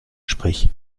sprich